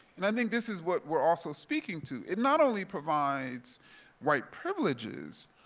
and i think this is what we're also speaking to, it not only provides white privileges,